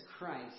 Christ